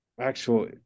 actual